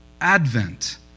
Advent